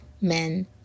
men